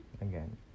again